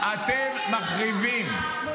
--- אתם מחריבים.